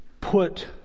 put